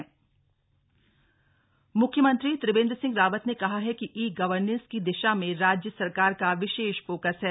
ई auction portal म्ख्यमंत्री त्रिवेन्द्र सिंह रावत ने कहा है कि ई गवर्नेंस की दिशा में राज्य सरकार का विशेष फोकस है